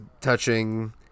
touching